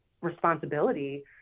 responsibility